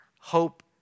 Hope